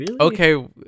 Okay